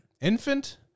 Infant